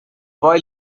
boy